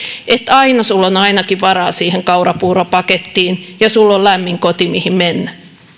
että aina on ainakin varaa siihen kaurapuuropakettiin ja lämmin koti mihin mennä